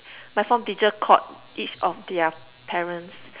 my form teacher called each of their parents